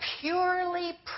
purely